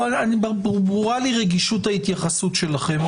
ברורה לי רגישות ההתייחסות שלכם,